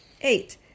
Eight